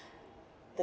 the